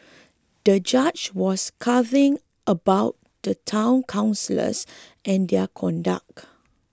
the judge was cousin about the Town Councillors and their conduct